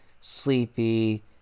sleepy